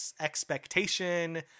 Expectation